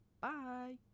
Bye